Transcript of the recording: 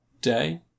Day